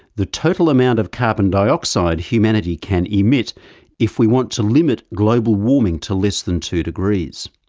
the total amount of carbon dioxide humanity can emit if we want to limit global warming to less than two degrees.